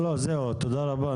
לא, זהו, תודה רבה.